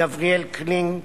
גבריאל קלינג,